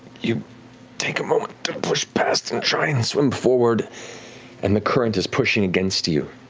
you take a moment to push past and try and swim forward and the current is pushing against you.